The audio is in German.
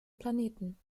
planeten